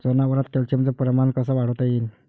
जनावरात कॅल्शियमचं प्रमान कस वाढवता येईन?